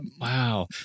wow